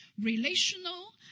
Relational